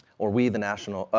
or we, the national,